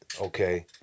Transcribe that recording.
okay